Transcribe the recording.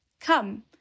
Come